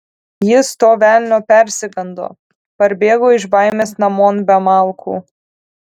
jis to velnio persigando parbėgo iš baimės namon be malkų